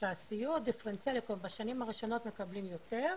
שהסיוע דיפרנציאלי בשנים הראשונות מקבלים יותר,